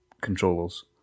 controllers